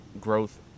growth